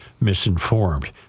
misinformed